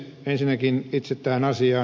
ensinnäkin itse tähän asiaan